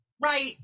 Right